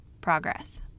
progress